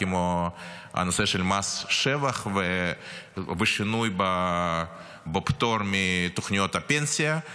כמו הנושא של מס שבח ושינוי בפטור מתוכניות הפנסיה.